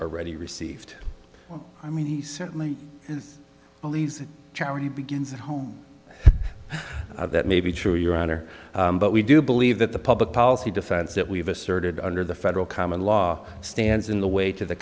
already received i mean he certainly believes that charity begins at home that may be true your honor but we do believe that the public policy defense that we have asserted under the federal common law stands in the way to the